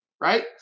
right